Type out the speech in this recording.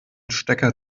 stecker